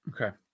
Okay